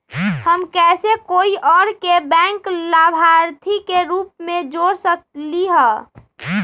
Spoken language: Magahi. हम कैसे कोई और के बैंक लाभार्थी के रूप में जोर सकली ह?